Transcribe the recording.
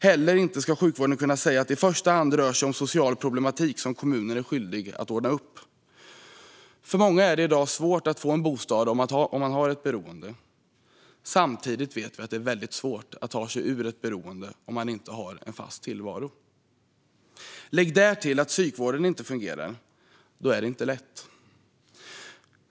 Sjukvården ska inte heller kunna säga att det i första hand rör sig om social problematik som kommunen är skyldig att ordna upp. För många är det i dag svårt att få en bostad om man har ett beroende. Samtidigt vet vi att det är svårt att ta sig ur ett beroende om man inte har en fast tillvaro. Lägg därtill att psykvården inte fungerar. Då är det inte lätt.